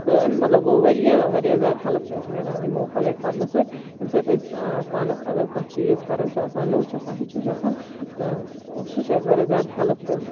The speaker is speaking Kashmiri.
تہٕ امیُک مَطلَب گوٚو واریاہ واریاہ زیاد ہیٚلپ چھِ اَسہِ مِلان یِمو پَلیٹ فارمو سۭتۍ ییٚمہِ سۭتۍ أسۍ پانَس اگر کانٛہہ چیٖز کَرُن چھُ آسان نوٚو چھُ آسان ہیٚچھُن چھُ آسان تہٕ سُہ چھُ اَسہِ واریاہ زیادٕ ہیٚلپفُل